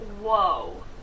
Whoa